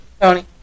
Tony